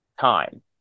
time